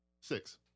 six